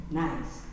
nice